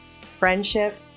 Friendship